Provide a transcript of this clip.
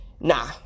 nah